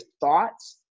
thoughts